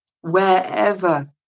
wherever